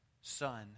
Son